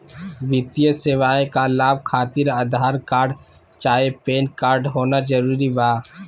वित्तीय सेवाएं का लाभ खातिर आधार कार्ड चाहे पैन कार्ड होना जरूरी बा?